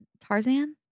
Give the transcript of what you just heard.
Tarzan